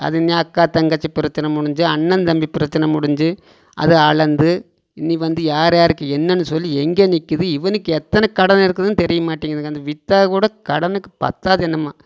அதுவுமே அக்கா தங்கச்சி பிரச்சனை முடிஞ்சு அண்ணன் தம்பி பிரச்சனை முடிஞ்சு அது அளந்து இனி வந்து யார்யார்க்கு என்னன்னு சொல்லி எங்கே நிற்கிது இவனுக்கு எத்தனை கடன் இருக்குதுனு தெரியமாட்டேங்குதுங்க அதை விற்றால்கூட கடனுக்கு பத்தாது என்னமோ